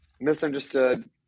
misunderstood